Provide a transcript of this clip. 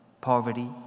poverty